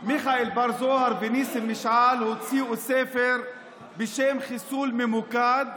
מיכאל בר-זוהר וניסים משעל הוציאו ספר בשם "חיסול ממוקד",